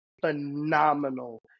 phenomenal